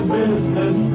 business